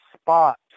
spot